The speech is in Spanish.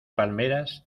palmeras